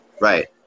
Right